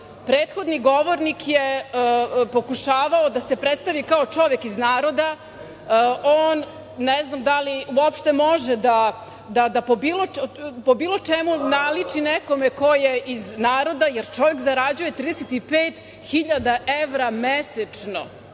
govornik je pokušavao da se predstavi kao čovek iz naroda. On ne znam da li uopšte može da po bilo čemu naliči nekome ko je iz naroda, jer čovek zarađuje 35.000 evra mesečno. Znači,